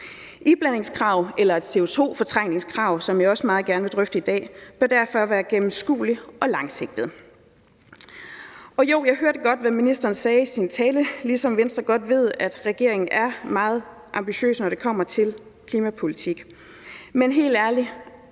Iblandingskravet eller CO2-fortrængningskravet, som jeg også meget gerne vil drøfte i dag, bør derfor være gennemskueligt og langsigtet. Jo, jeg hørte godt, hvad ministeren sagde i sin tale, ligesom Venstre godt ved, at regeringen er meget ambitiøse, når det kommer til klimapolitikken, men helt ærligt: